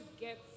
get